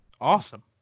awesome